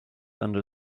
under